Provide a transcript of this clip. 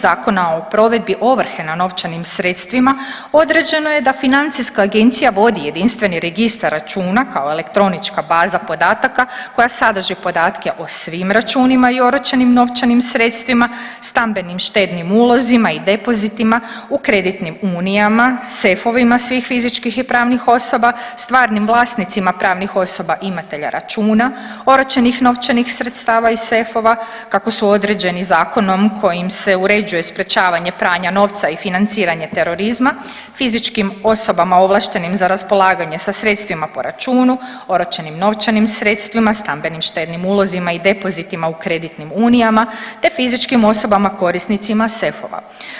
Zakona o provedbi ovrhe na novčanim sredstvima određeno je da Financijska agencija vodi jedinstveni registar računa kao elektronička baza podataka koja sadrži podatke o svim računima i oročenim novčanim sredstvima, stambenim štednim ulozima i depozitima, u kreditnim Unijama, sefovima svih fizičkih i pravnih osoba stvarnim vlasnicima pravnih osoba imatelja računa, oročenih novčanih sredstava i sefova kako su određeni zakonom kojim se uređuje sprječavanje pranja novca i financiranje terorizma, fizičkim osobama ovlaštenim za raspolaganje sa sredstvima po računu, oročenim novčanim sredstvima, stambenim štednim ulozima i depozitima u kreditnim unijama, te fizičkim osobama korisnicima sefova.